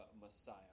Messiah